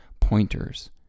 pointers